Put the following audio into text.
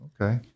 Okay